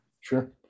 Sure